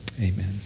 amen